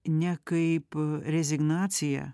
ne kaip rezignaciją